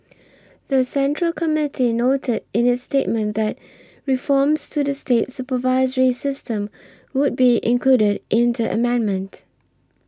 the Central Committee noted in its statement that reforms to the state supervisory system would be included in the amendment